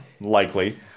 likely